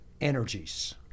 energies